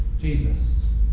Jesus